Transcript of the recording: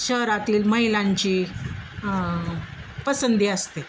शहरातील महिलांची पसंती असते